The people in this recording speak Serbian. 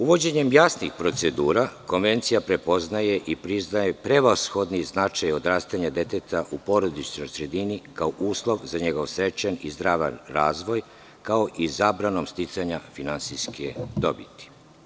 Uvođenjem jasnih procedura Konvencija prepoznaje i priznaje prevashodni značaj odrastanja deteta u porodičnoj sredini, kao uslov za njegov srećan i zdrav razvoj, kao i zabranom sticanja finansijske dobiti.